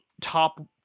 top